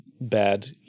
bad